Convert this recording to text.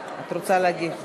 את רוצה להגיב?